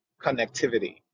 connectivity